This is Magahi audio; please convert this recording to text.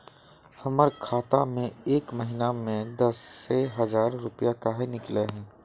हमर खाता में एक महीना में दसे हजार रुपया काहे निकले है?